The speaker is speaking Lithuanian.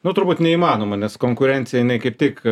nu turbūt neįmanoma nes konkurencija jinai kaip tik